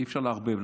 אי-אפשר לערבב,